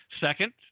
Second